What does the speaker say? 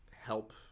help